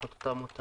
תחת אותו מותג